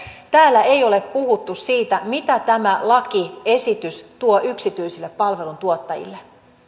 täällä ei ole puhuttu siitä mitä tämä lakiesitys tuo yksityisille palveluntuottajille